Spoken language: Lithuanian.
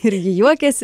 irgi juokiasi